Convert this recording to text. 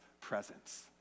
presence